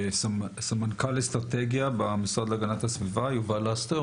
סמנכ"ל אסטרטגיה במשרד להגנת הסביבה יובל לסטר